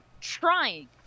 trying